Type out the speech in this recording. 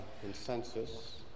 consensus